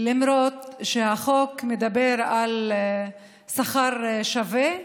למרות שהחוק מדבר על שכר שווה,